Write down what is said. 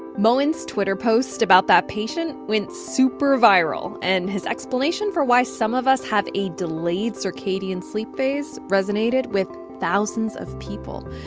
moin's twitter post about that patient went super-viral, and his explanation for why some of us have a delayed circadian sleep phase resonated with thousands of people.